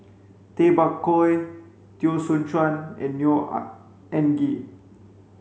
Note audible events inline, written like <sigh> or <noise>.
Tay Bak Koi Teo Soon Chuan and Neo <unintelligible> Anngee